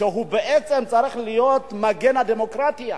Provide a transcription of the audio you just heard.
שבעצם צריך להיות מגן הדמוקרטיה,